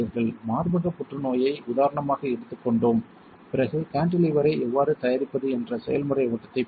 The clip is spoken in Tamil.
மார்பகப் புற்றுநோயை உதாரணமாக எடுத்துக் கொண்டோம் பிறகு கான்டிலீவரை எவ்வாறு தயாரிப்பது என்ற செயல்முறை ஓட்டத்தைப் பார்த்தோம்